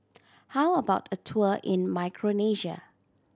how about a tour in Micronesia